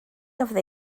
gafodd